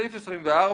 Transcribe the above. הסתייגות 24: